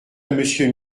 monsieur